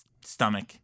stomach